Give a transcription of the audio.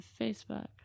Facebook